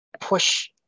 push